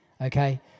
Okay